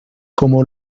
como